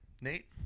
Nate